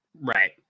Right